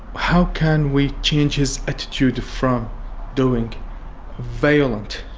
how can we change his attitude from doing violent